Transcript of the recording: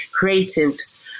creatives